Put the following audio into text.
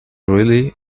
really